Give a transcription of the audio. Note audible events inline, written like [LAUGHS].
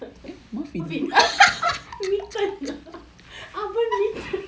[LAUGHS] muffin [LAUGHS] mitten oven mitten